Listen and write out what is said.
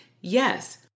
Yes